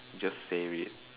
just say it